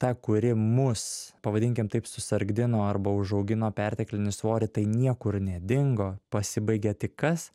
ta kuri mus pavadinkim taip susargdino arba užaugino perteklinį svorį tai niekur nedingo pasibaigia tik kas